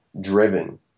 driven